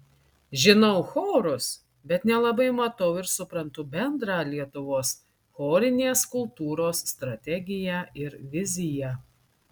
žinau chorus bet nelabai matau ir suprantu bendrą lietuvos chorinės kultūros strategiją ir viziją